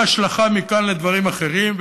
כל השלכה מכאן לדברים אחרים,